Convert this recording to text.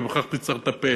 ובכך תצטרך לטפל,